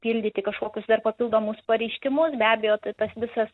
pildyti kažkokius dar papildomus pareiškimus be abejo ta tas visas